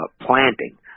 planting